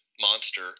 Monster